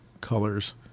colors